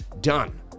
Done